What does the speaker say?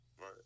Right